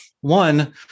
One